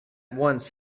once